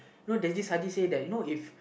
you know they just suddenly say that you know if